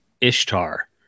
Ishtar